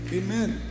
amen